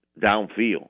downfield